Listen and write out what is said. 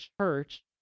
church